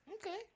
Okay